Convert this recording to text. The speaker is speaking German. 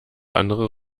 andere